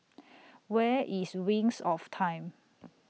Where IS Wings of Time